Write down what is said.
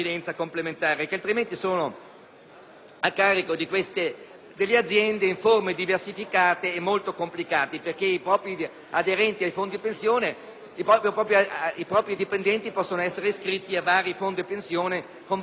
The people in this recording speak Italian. a carico delle aziende in forme diversificate e molto complicate, perché i dipendenti possono essere iscritti a vari fondi pensione con modalità diverse.